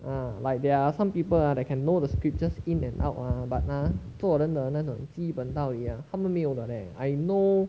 ah like there are some people ah that can know the scriptures in and out ah but ah 做人的那种基本道理啊他们没有的 leh I know